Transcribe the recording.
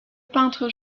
peintre